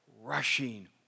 rushing